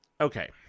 okay